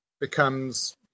becomes